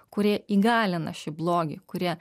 kurie įgalina šį blogį kurie